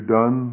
done